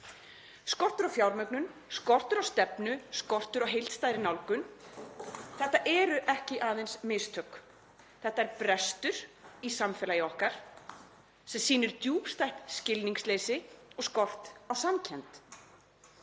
Skortur á fjármögnun, skortur á stefnu, skortur á heildstæðri nálgun; þetta eru ekki aðeins mistök, þetta er brestur í samfélagi okkar sem sýnir djúpstætt skilningsleysi og skort á samkennd.